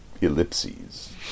Ellipses